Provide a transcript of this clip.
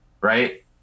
right